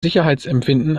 sicherheitsempfinden